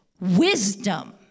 wisdom